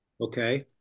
Okay